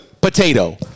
Potato